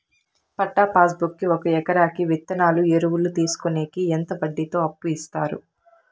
పట్టా passbook కి ఒక ఎకరాకి విత్తనాలు, ఎరువులు తీసుకొనేకి ఎంత వడ్డీతో అప్పు ఇస్తారు?